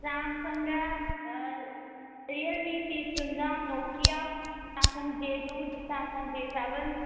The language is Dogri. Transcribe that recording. सैमसंग ऐ रियलमी सी सतुंजा Nokia Samsung J two Samsung J सेवन